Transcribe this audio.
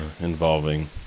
involving